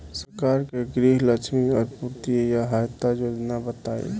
सरकार के गृहलक्ष्मी और पुत्री यहायता योजना बताईं?